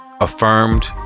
affirmed